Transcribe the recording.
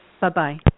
Bye-bye